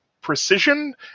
precision